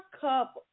cup